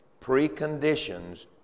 preconditions